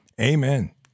Amen